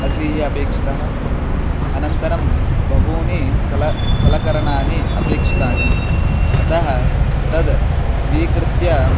असीः अपेक्षितः अनन्तरं बहूनि सल सलकरणानि अपेक्षितानि अतः तद् स्वीकृत्य